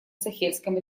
сахельском